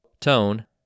tone